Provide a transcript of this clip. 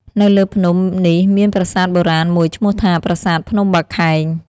នៅលើភ្នំនេះមានប្រាសាទបុរាណមួយឈ្មោះថា "ប្រាសាទភ្នំបាខែង” ។